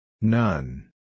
None